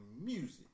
music